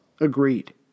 agreed